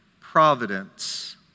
providence